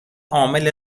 عامل